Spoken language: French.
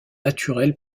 naturel